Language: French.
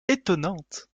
étonnante